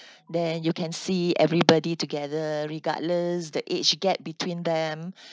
then you can see everybody together regardless the age gap between them